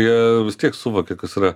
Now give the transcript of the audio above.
jie vis tiek suvokia kas yra